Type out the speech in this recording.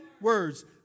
words